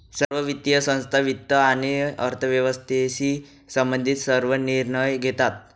सर्व वित्तीय संस्था वित्त आणि अर्थव्यवस्थेशी संबंधित सर्व निर्णय घेतात